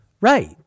Right